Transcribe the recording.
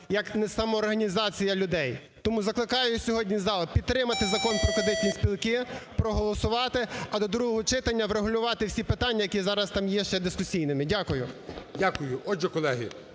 як не самоорганізація людей. Тому закликаю сьогодні зал підтримати Закон про кредитні спілки, проголосувати, а до другого читання врегулювати всі питання, які зараз там є ще дискусійними. Дякую. ГОЛОВУЮЧИЙ. Дякую. Отже, колеги,